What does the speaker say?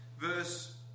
verse